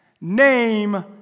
Name